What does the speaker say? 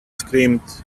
screamed